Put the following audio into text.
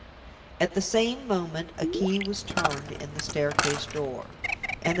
at the same moment a key was turned in the staircase door.